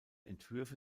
entwürfe